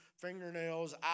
fingernails